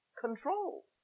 control